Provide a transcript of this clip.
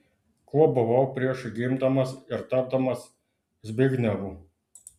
kuo buvau prieš gimdamas ir tapdamas zbignevu